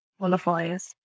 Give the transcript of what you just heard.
qualifiers